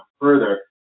further